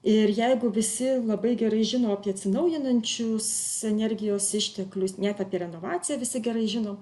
ir jeigu visi labai gerai žino apie atsinaujinančius energijos išteklius net apie renovaciją visi gerai žino